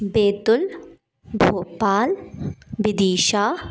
Betul Bhopal Vidisha